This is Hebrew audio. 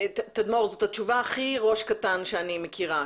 זאת התשובה הכי ראש קטן שאני מכירה.